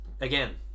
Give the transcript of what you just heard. again